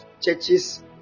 churches